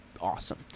awesome